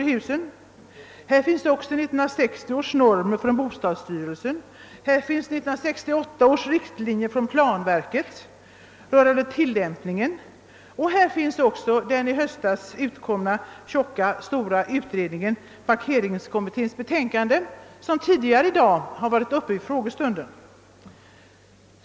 På detta område finns också 1960 års norm från socialstyrelsen, 1968 års riktlinjer från planverket rörande tillämpningen sämt det i höstas utkomna tjocka betänkandet från parkeringskommittén, vilket varit uppe till behandling under kammarens frågestund tidigare i dag.'